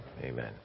amen